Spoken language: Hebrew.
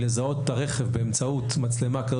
לזהות את הרכב באמצעות מצלמה כזאת